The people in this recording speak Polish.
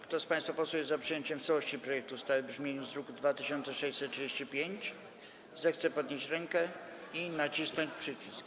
Kto z państwa posłów jest za przyjęciem w całości projektu ustawy w brzmieniu z druku nr 2635, zechce podnieść rękę i nacisnąć przycisk.